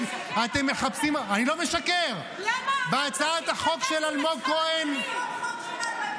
מה זה קשור לאופוזיציה?